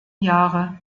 jahre